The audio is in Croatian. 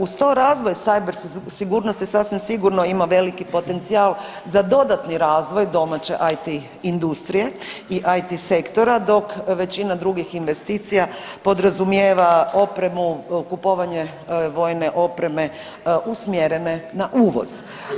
Uz to razvoj cyber sigurnosti sasvim sigurno ima veliki potencijal za dodatni razvoj domaće it industrije i it sektora, dok većina drugih investicija podrazumijeva opremu, kupovanje vojne opreme usmjerene na uvoz.